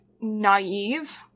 naive